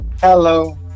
Hello